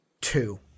two